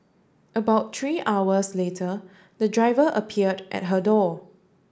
about tree hours later the driver appeared at her door